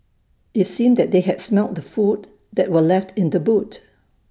IT seemed that they had smelt the food that were left in the boot